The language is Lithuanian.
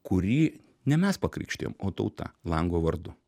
kurį ne mes pakrikštijom o tauta lango vardu